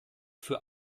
für